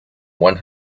one